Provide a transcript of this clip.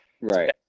right